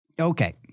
Okay